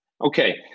Okay